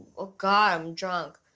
oh god, i'm drunk.